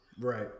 Right